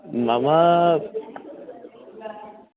मम